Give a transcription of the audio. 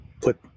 put